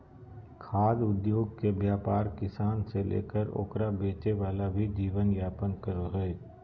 खाद्य उद्योगके व्यापार किसान से लेकर ओकरा बेचे वाला भी जीवन यापन करो हइ